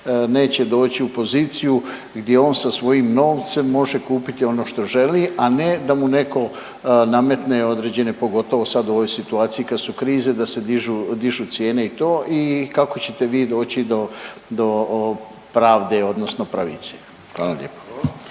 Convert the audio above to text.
neće doći u poziciju gdje on sa svojim novcem može kupiti ono što želi, a ne da mu netko nametne određene pogotovo sad u ovoj situaciji kad su krize da se dižu cijene i to. I kako ćete vi doći do pravde, odnosno pravice. **Radin,